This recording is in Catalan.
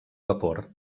vapor